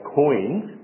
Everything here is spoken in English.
coins